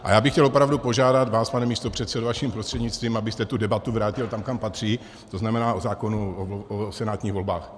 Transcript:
A já bych chtěl opravdu požádat vás, pane místopředsedo vaším prostřednictvím, abyste tu debatu vrátil tam, kam patří, to znamená k zákonu o senátních volbách.